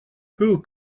who